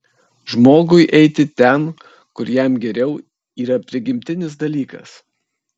žmogui eiti ten kur jam geriau yra prigimtinis dalykas